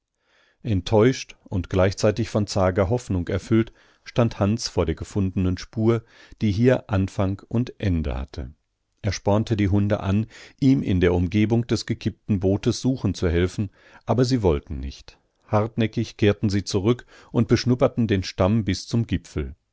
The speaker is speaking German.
enttäuscht und gleichzeitig von zager hoffnung erfüllt stand hans vor der gefundenen spur die hier anfang und ende hatte er spornte die hunde an ihm in der umgebung des gekippten bootes suchen zu helfen aber sie wollten nicht hartnäckig kehrten sie zurück und beschnupperten den stamm bis zum gipfel